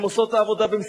היא מוצאת אהבה.